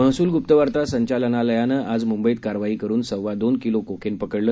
महसूल ग्प्तवार्ता संचालनालयानं आज मुंबईत कारवाई करुन सव्वादोन किलो कोकेन पकडलं